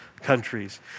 countries